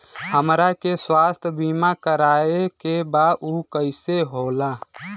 हमरा के स्वास्थ्य बीमा कराए के बा उ कईसे होला?